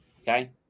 Okay